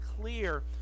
clear